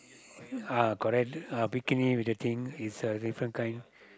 ah correct uh bikini with the thing is a different kind